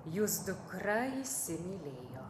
jūs dukra įsimylėjo